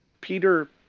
peter